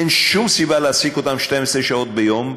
אין שום סיבה להעסיק אותם 12 שעות ביום.